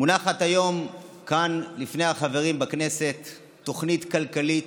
מונחת היום כאן לפני החברים בכנסת תוכנית כלכלית,